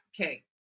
okay